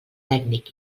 tècnic